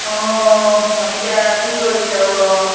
মণিকা কি কৰিছ